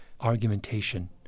argumentation